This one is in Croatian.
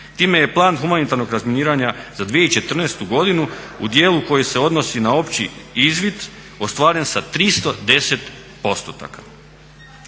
Time je plan humanitarnog razminiranja za 2014. godinu u dijelu koji se odnosi na opći izvid ostvaren sa 310 postotaka.